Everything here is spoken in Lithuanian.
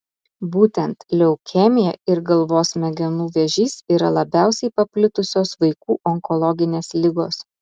būtent leukemija ir galvos smegenų vėžys yra labiausiai paplitusios vaikų onkologinės ligos